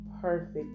perfect